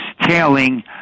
tailing